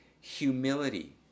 humility